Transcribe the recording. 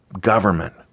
Government